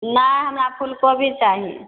नहि हमरा फूलकोबी चाही